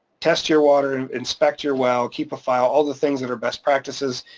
test your water. and inspect your well. keep a file. all the things that are best practices,